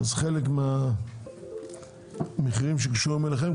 חלק מהמחירים הקשורים אליכם,